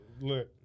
look